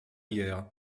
hier